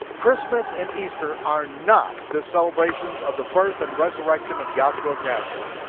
christmas and easter are not the celebrations of the birth and resurrection of yahshua of nazareth,